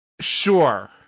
Sure